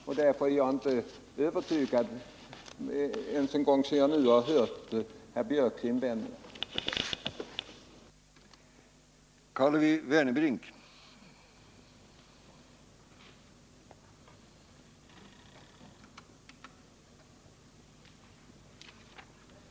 Inte ens sedan jag nu har hört herr Björks invändningar är jag övertygad om det lämpliga i det.